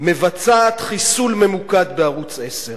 מבצעת חיסול ממוקד בערוץ-10.